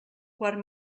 quart